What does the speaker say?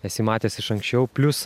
esi matęs iš anksčiau plius